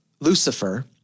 Lucifer